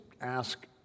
ask